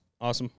awesome